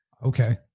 Okay